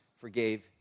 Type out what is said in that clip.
forgave